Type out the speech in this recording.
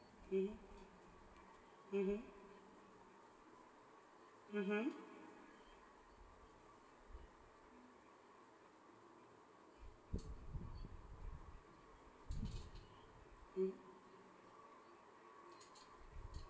mmhmm mmhmm mmhmm mm